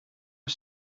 are